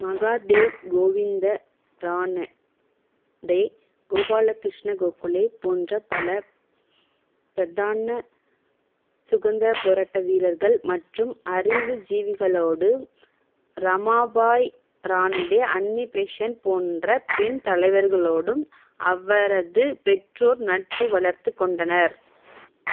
மகாதேவ் கோவிந்த ரானடே கோபால கிருஷ்ண கோகலே போன்ற பல பிரதான சுதந்திரப் போராட்ட வீரர்கள் மற்றும் அறிவுஜீவிகளோடு ரமாபாய் ரானடே அன்னி பெஷன்ட் போன்ற பெண் தலைவர்களோடும் அவரது பெற்றோர் நட்பு வளர்த்துக் கொண்டனர்